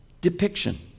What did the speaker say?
depiction